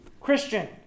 Christian